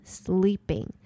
sleeping